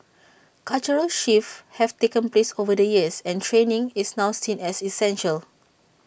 cultural shifts have taken place over the years and training is now seen as essential